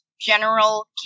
general